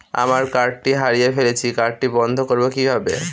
আমার কার্ডটি হারিয়ে ফেলেছি কার্ডটি বন্ধ করব কিভাবে?